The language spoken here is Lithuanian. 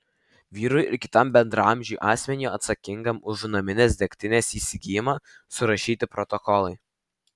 vyrui ir kitam bendraamžiui asmeniui atsakingam už naminės degtinės įsigijimą surašyti protokolai